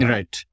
Right